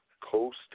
Coast